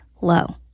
low